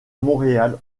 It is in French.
montréal